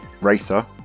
racer